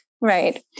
Right